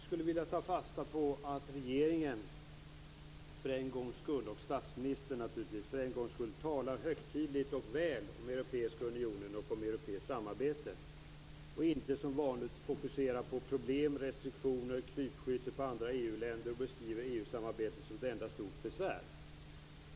Herr talman! Jag skulle vilja ta fasta på att regeringen och statsministern för en gångs skull talar högtidligt och väl om Europeiska unionen och om europeiskt samarbete och inte som vanligt fokuserar på problem, restriktioner, krypskytte på andra EU länder och beskriver EU-samarbetet som ett enda stort besvär.